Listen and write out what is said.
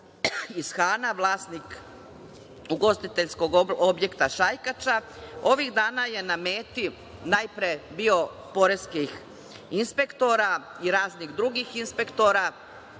iz Hana, vlasnik ugostiteljskog objekta „Šajkača“, ovih dana je na meti najpre bio poreskih inspektora i raznih drugih inspektora,